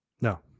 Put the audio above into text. No